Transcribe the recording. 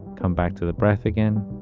come back to the breath again.